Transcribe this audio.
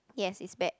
yes it's bad